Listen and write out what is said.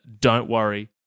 don't-worry-